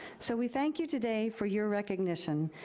so, we thank you today for your recognition,